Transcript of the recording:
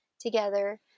together